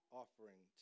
offering